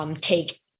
Take